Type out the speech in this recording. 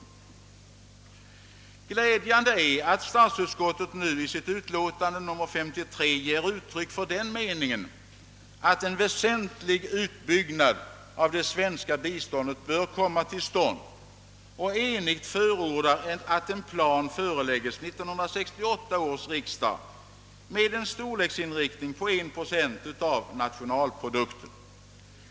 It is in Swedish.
Det är glädjande att statsutskottet nu i sitt utlåtande nr 53 ger uttryck för den meningen att en väsentlig utbyggnad av det svenska biståndet bör komma till stånd samt att utskottet enigt förordar att en plan föreläggs 1968 års riksdag med en storleksinriktning på 1 procent av bruttonationalinkomsten.